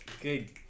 Good